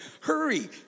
Hurry